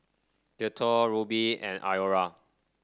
Dettol Rubi and Iora